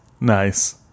Nice